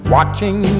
Watching